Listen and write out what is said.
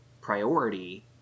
priority